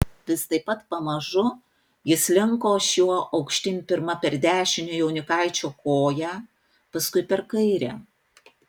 vis taip pat pamažu jis slinko šiuo aukštyn pirma per dešinę jaunikaičio koją paskui per kairę